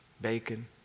bacon